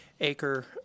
acre